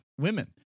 women